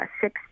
six